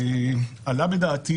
עלה בדעתי